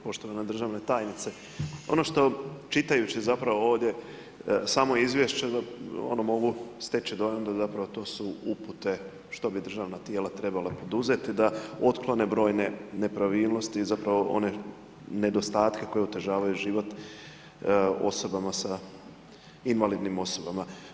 Poštovana državna tajnice, ono što čitajući zapravo ovdje samo izvješće, mogu steći dojam da zapravo to su upute što bi državna tijela trebala poduzeti da otklone brojne nepravilnosti, zapravo one nedostatke koji otežavaju život osobama sa, invalidnim osobama.